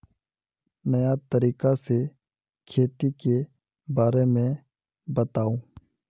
नया तरीका से खेती के बारे में बताऊं?